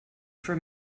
for